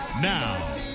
Now